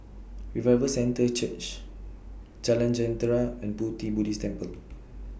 Revival Centre Church Jalan Jentera and Pu Ti Buddhist Temple